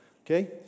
Okay